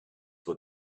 were